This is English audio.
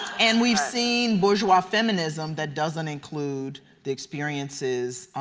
and we've seen bourgeois feminism that doesn't include the experiences,